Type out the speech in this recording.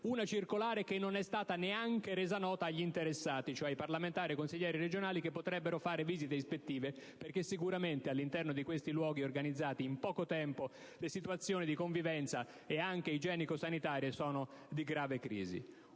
Una circolare che non è stata neanche resa nota agli interessati, cioè ai parlamentari e ai consiglieri regionali, che potrebbero fare visite ispettive, perché sicuramente in questi luoghi, organizzati in poco tempo, le situazioni di convivenza e le condizioni igienico-sanitarie sono di grave crisi.